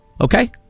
okay